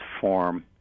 form